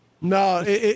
No